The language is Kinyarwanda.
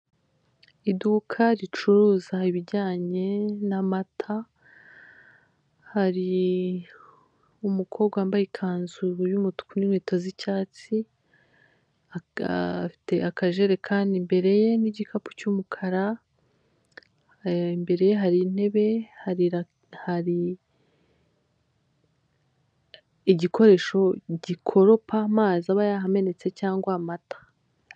Iduka ricuruza ibijyanye n'amata, hari umukobwa wambaye ikanzu y'umutuku n'inkweto z'icyatsi, afite akajerekani imbere ye n'igikapu cy'umukara, imbere ye hari intebe, hari igikoresho gikoropa amazi aba yahametse cyangwa amata.